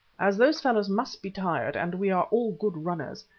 as those fellows must be tired and we are all good runners,